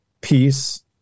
peace